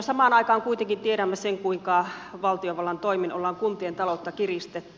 samaan aikaan kuitenkin tiedämme sen kuinka valtiovallan toimin ollaan kuntien taloutta kiristetty